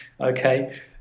okay